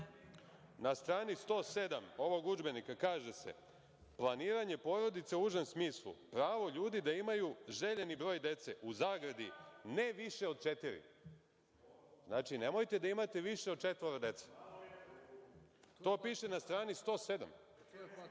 strani 107. ovog udžbenika kaže se: „Planiranje porodice u užem smislu - pravo ljudi da imaju željeni broj dece, u zagradi, ne više od četiri“. Znači, nemojte da imate više od četvoro dece. To piše na strani